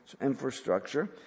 infrastructure